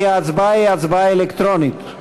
כי ההצבעה היא הצבעה אלקטרונית.